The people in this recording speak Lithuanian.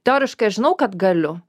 teoriškai aš žinau kad galiu